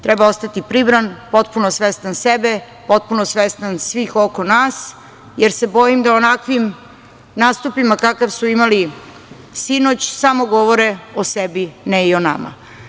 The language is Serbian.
Treba ostati pribran, potpuno svestan sebe, potpuno svestan svih oko nas, jer se bojim a onakvim nastupima kakav su imali sinoć samo govore o sebi, ne i o nama.